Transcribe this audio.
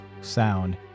sound